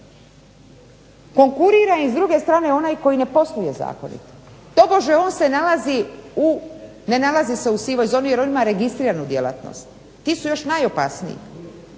konkurira im s druge strane onaj koji ne posluje zakonito. Tobože on se nalazi u, ne nalazi se u sivoj zoni jer on ima registriranu djelatnost, ti su još najopasniji